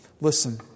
Listen